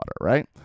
right